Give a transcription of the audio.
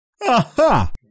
Aha